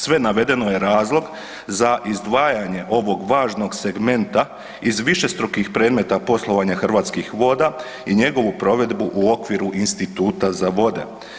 Sve navedeno je razlog za izdvajanje ovog važnog segmenta iz višestrukih predmeta poslovanja Hrvatskih voda i njegovu provedbu u okviru instituta za vode.